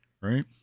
right